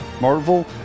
Marvel